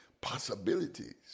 possibilities